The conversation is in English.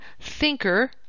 thinker